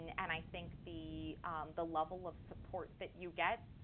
and and i think the the level of support that you get,